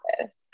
office